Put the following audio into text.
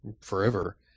forever